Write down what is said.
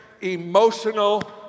emotional